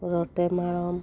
ᱨᱚᱴᱮ ᱢᱟᱲᱚᱢ